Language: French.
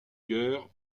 guerre